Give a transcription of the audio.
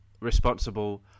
responsible